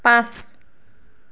পাঁচ